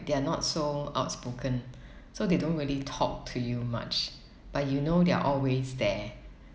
they are not so outspoken so they don't really talk to you much but you know they're always there